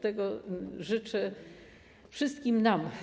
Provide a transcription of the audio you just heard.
Tego życzę wszystkim nam.